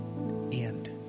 End